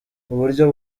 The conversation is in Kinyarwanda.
uburyo